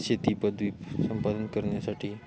शेती पदवी संपादन करण्यासाठी